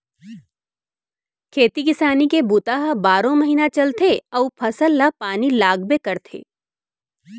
खेती किसानी के बूता ह बारो महिना चलथे अउ फसल ल पानी लागबे करथे